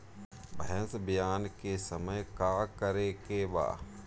भैंस ब्यान के समय का करेके बा?